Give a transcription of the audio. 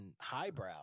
highbrow